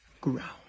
ground